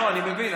לא, אני מבין.